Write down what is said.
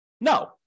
No